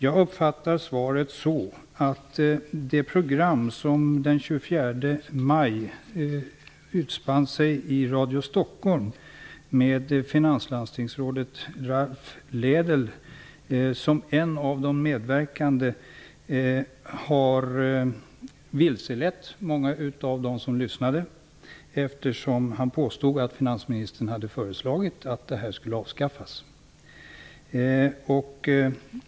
Jag uppfattar svaret så, att det program som den 24 maj utspann sig i Radio Stockholm med finanslandstingsrådet Ralph Lédel som en av de medverkande, har vilselett många av dem som lyssnade. Han påstod där att finansministern hade föreslagit att den inomregionala skatteutjämningen i Stockholms län skulle avskaffas.